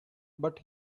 but